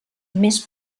més